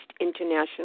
international